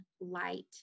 light